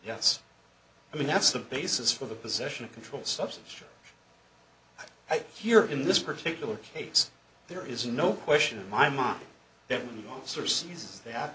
yes i mean that's the basis for the position of controlled substance here in this particular case there is no question in my mind that